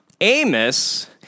Amos